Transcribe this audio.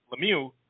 lemieux